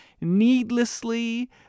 needlessly